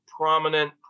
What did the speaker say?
prominent